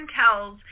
tells